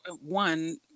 one—